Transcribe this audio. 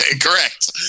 Correct